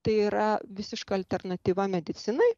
tai yra visiška alternatyva medicinai